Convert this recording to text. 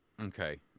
Okay